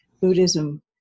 Buddhism